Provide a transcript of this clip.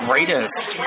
greatest